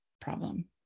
problem